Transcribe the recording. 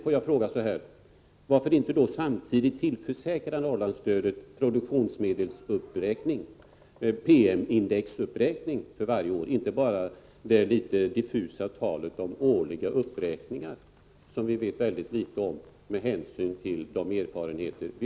Får jag fråga John Andersson: Varför då inte samtidigt tillförsäkra Norrlandsstödet PM-indexuppräkning för varje år i stället för det litet diffusa talet om årliga uppräkningar, vilka vi ju vet väldigt litet om?